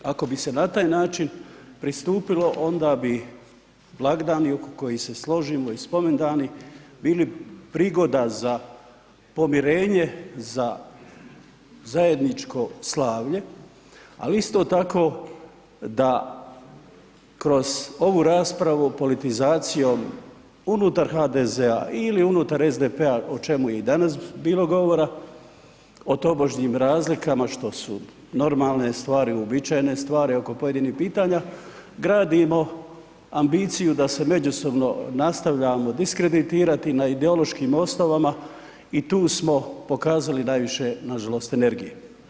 Ako bi se na taj način pristupilo onda bi blagdani oko kojih se složimo i spomendani bili prigoda za pomirenje za zajedničko slavlje ali isto tako da kroz ovu raspravu politizacijom unutar HDZ-a ili unutar SDP-a o čemu je i danas bilo govora o tobožnjim razlikama što normalne stvari, uobičajene stvari oko pojedinih pitanja gradimo ambiciju da se međusobno nastavljamo diskreditirati na ideološkim osnovama i tu smo pokazali najviše nažalost energije.